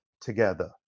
together